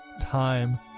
time